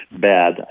bad